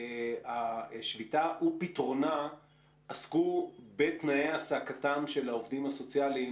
השביתה ופתרונה עסקו בתנאי העסקתם של העובדים הסוציאליים